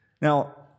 Now